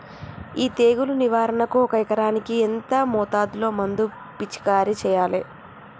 ఈ తెగులు నివారణకు ఒక ఎకరానికి ఎంత మోతాదులో మందు పిచికారీ చెయ్యాలే?